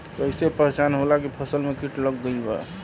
कैसे पहचान होला की फसल में कीट लग गईल बा?